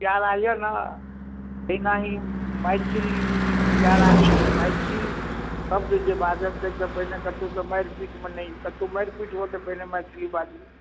प्यारा यऽ ने तेनाहि मैथिली प्यारा छै मैथिल शब्द जे बाजब तऽ ताहिसँ पहिले मारि पीटमे नहि कतहुँ मारि पीट हुअसँ पहिले मैथिली बाजू